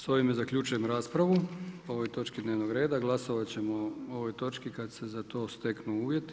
S ovime zaključujem raspravu o ovoj točki dnevnog reda glasovat ćemo ovoj točki kad se za to steknu uvjeti.